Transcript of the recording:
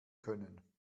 können